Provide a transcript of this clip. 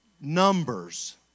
Numbers